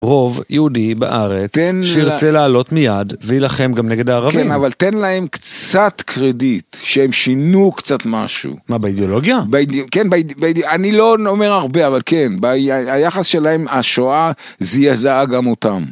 רוב יהודי בארץ שירצה לעלות מיד וילחם גם נגד הערבים. כן, אבל תן להם קצת קרדיט שהם שינו קצת משהו. מה, באידיאולוגיה? כן, אני לא אומר הרבה, אבל כן, היחס שלהם, השואה זיעזעה גם אותם.